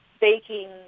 baking